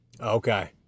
Okay